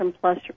plus